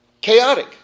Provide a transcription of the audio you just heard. chaotic